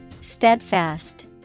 steadfast